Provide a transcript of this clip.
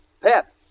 Pep